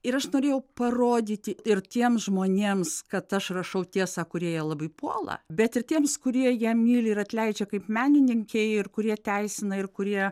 ir aš norėjau parodyti ir tiems žmonėms kad aš rašau tiesą kurie ją labai puola bet ir tiems kurie ją myli ir atleidžia kaip menininkei ir kurie teisina ir kurie